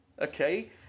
okay